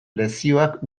lezioak